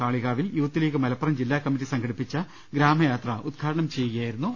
കാളികാവിൽ youth league Malappuram ജില്ലാ committee സംഘടിപ്പിച്ച ഗ്രാമയാത്ര ഉദ്ഘാടനം ചെയ്യുകയായിരുന്നു അദ്ദേഹം